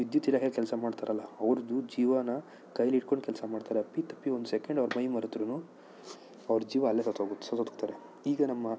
ವಿದ್ಯುತ್ ಇಲಾಖೆಯಲ್ಲಿ ಕೆಲಸ ಮಾಡ್ತಾರಲ್ಲ ಅವ್ರದ್ದು ಜೀವನ್ನ ಕೈಲಿ ಹಿಡ್ಕೊಂಡು ಕೆಲಸ ಮಾಡ್ತಾರೆ ಅಪ್ಪಿ ತಪ್ಪಿ ಒಂದು ಸೆಕೆಂಡ್ ಅವರು ಮೈ ಮರೆತರೂ ಅವ್ರ ಜೀವ ಅಲ್ಲೇ ಸತ್ತೋಗುತ್ತೆ ಸತ್ತೋಗ್ತಾರೆ ಈಗ ನಮ್ಮ